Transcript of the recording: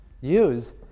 use